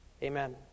Amen